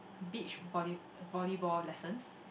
beach volley volley ball lessons